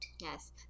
Yes